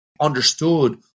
understood